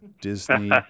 disney